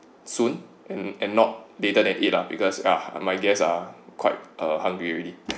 soon and and not later than eight lah because ya my guest are quite hungry already